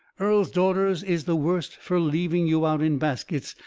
earl's daughters is the worst fur leaving you out in baskets,